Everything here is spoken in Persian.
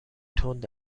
تند